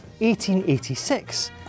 1886